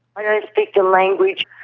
i don't speak the language.